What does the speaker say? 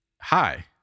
Hi